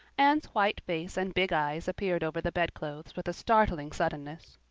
anne's white face and big eyes appeared over the bedclothes with a startling suddenness.